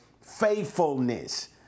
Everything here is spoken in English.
faithfulness